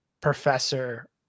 professor